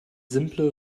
simple